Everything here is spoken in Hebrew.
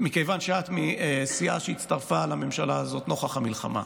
מכיוון שאת מסיעה שהצטרפה לממשלה הזאת נוכח המלחמה.